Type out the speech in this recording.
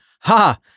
Ha